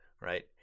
right